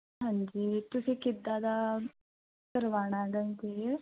ਹਾਂਜੀ ਤੁਸੀਂ ਕਿੱਦਾਂ ਦਾ ਕਰਵਾਉਣਾ